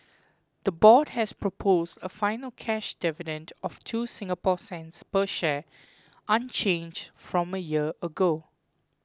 the board has proposed a final cash dividend of two Singapore cents per share unchanged from a year ago